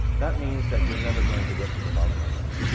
that means that you're never going to get to the bottom of it.